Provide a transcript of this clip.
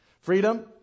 Freedom